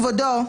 כבודו,